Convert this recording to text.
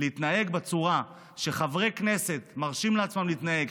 להתנהג בצורה שחברי כנסת מרשים לעצמם להתנהג,